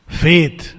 faith